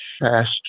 fast